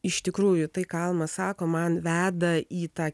iš tikrųjų tai ką alma sako man veda į tą